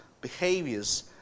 behaviors